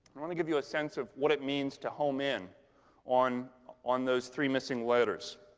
i want to give you a sense of what it means to home in on on those three missing letters.